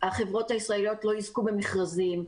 החברות הישראליות לא יזכו במכרזים,